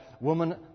woman